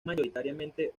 mayoritariamente